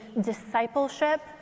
discipleship